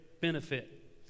benefit